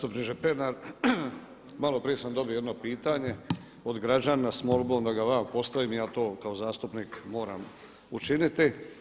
Zastupniče Pernar, malo prije sam dobio jedno pitanje od građana s molbom da ga vama postavim i ja to kao zastupnik moram učiniti.